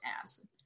ass